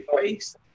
face